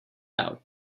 out